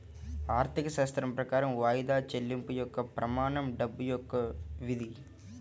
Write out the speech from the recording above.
ఆర్థికశాస్త్రం ప్రకారం వాయిదా చెల్లింపు యొక్క ప్రమాణం డబ్బు యొక్క విధి